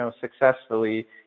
successfully